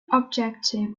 objective